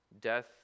death